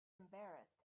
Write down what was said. embarrassed